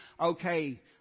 okay